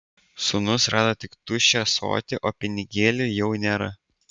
sūnus rado tik tuščią ąsotį o pinigėlių jau nėra